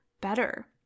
better